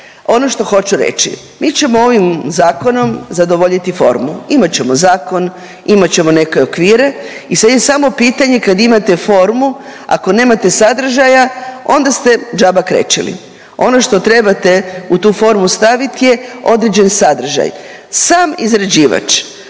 ono što hoću reći, mi ćemo ovim zakonom zadovoljiti formu. Imat ćemo zakon, imat ćemo neke okvire i sad je samo pitanje kad imate formu, ako nemate sadržaja onda ste džaba krečili. Ono što trebate u tu formu staviti je određen sadržaj. Sam izrađivač